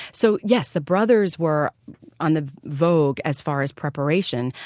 so yes, the brothers were on the vogue as far as preparation,